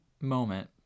moment